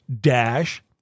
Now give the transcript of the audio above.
dash